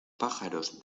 pájaros